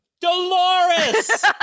Dolores